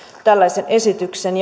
tällaisen esityksen